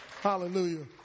Hallelujah